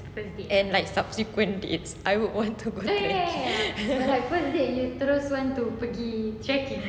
and like subsequent dates I would want to go trekking